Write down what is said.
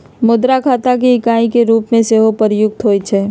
मुद्रा खता के इकाई के रूप में सेहो प्रयुक्त होइ छइ